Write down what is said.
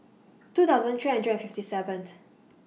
two thousand three hundred and fifty seventh